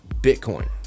Bitcoin